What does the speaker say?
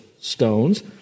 stones